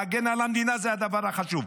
להגן על המדינה זה הדבר החשוב.